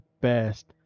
best